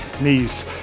knees